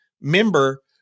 member